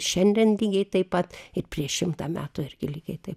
šiandien lygiai taip pat ir prieš šimtą metų irgi lygiai taip